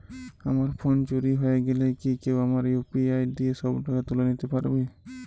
আমার ফোন চুরি হয়ে গেলে কি কেউ আমার ইউ.পি.আই দিয়ে সব টাকা তুলে নিতে পারবে?